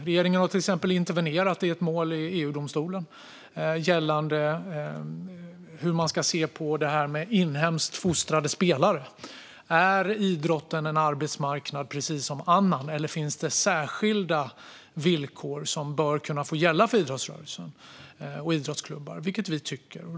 Regeringen har till exempel intervenerat i ett mål i EU-domstolen gällande hur man ska se på inhemskt fostrade spelare. Är idrotten en arbetsmarknad precis som andra, eller finns det särskilda villkor som bör få gälla för idrottsrörelsen och idrottsklubbar? Det tycker vi.